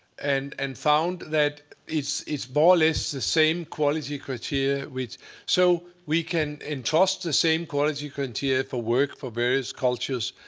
and and found that it's it's more or less the same quality criteria. so we can entrust the same quality criteria for work for various cultures.